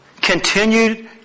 continued